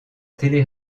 télé